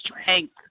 strength